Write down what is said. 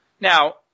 Now